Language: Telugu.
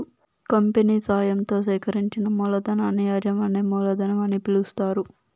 కంపెనీ సాయంతో సేకరించిన మూలధనాన్ని యాజమాన్య మూలధనం అని పిలుస్తారు